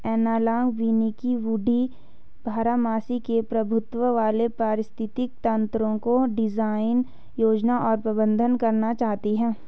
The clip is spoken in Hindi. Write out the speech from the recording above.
एनालॉग वानिकी वुडी बारहमासी के प्रभुत्व वाले पारिस्थितिक तंत्रको डिजाइन, योजना और प्रबंधन करना चाहती है